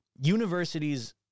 Universities